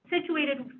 situated